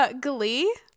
Glee